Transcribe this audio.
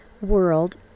world